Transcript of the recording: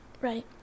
right